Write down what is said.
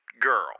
girl